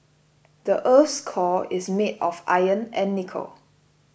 the earth's core is made of iron and nickel